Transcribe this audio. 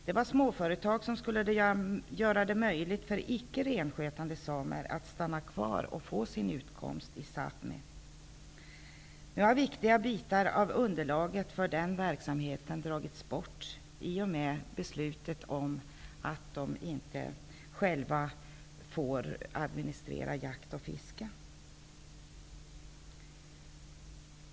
Det var småföretag som skulle göra det möjligt för icke renskötande samer att stanna kvar och få sin utkomst i Sapmi. Nu har viktiga bitar av underlaget för den verksamheten dragits bort i och med beslutet om att de inte själva får administrera jakt och fiske.